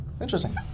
Interesting